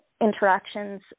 interactions